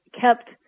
kept